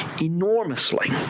enormously